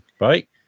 Right